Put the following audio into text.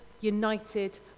united